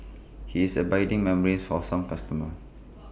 he has abiding memories for some customers